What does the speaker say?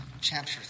chapter